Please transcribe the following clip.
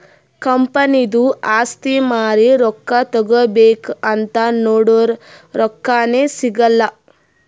ಕಂಪನಿದು ಆಸ್ತಿ ಮಾರಿ ರೊಕ್ಕಾ ತಗೋಬೇಕ್ ಅಂತ್ ನೊಡುರ್ ರೊಕ್ಕಾನೇ ಸಿಗಲ್ಲ